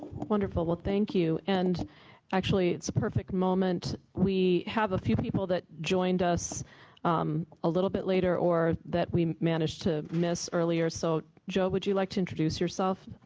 wonderful. well, thank you. and actually perfect moment, we have a few people that joined us um a little bit later or that we managed to miss earlier, so joe, would you like to introduce yourself?